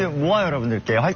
one day like